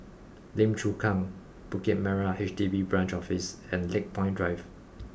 Lim Chu Kang Bukit Merah H D B Branch Office and Lakepoint Drive